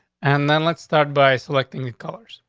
and then let's start by selecting the colors,